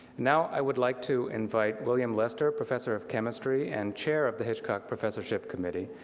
now i would like to invite william lester, professor of chemistry and chair of the hitchcock professorship committee,